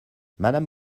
madame